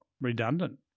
redundant